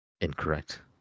Incorrect